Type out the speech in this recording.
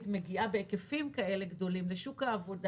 מגיעה בהיקפים כאלה גדולים לשוק העבודה,